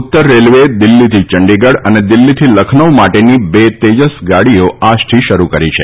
ઉત્તર રેલવેચે દિલ્હીથી ચંડીગઢ તથા દિલ્હીથી લખનૌ માટેની બે તેજસ ગાડીઓ આજથી શરૂ કરાશે